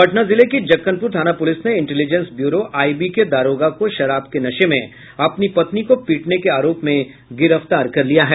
पटना जिले की जक्कनपुर थाना पुलिस ने इंटेलिजेंस ब्यूरो आईबी के दारोगा को शराब के नशे में अपनी पत्नी को पीटने के आरोप में गिरफ्तार कर लिया है